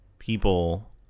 People